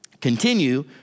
continue